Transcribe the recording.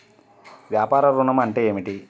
వ్యాపార ఋణం అంటే ఏమిటి?